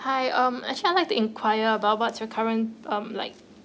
hi um actually I like to enquire about what's your current um like